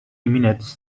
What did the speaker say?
minutes